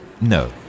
No